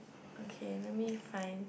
okay let me find